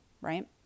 right